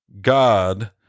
God